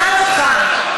שמענו אותך.